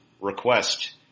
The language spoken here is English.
request